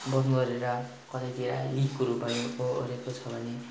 बन्द गरेर कतैतिर लिकहरू भएको अरेको छ भने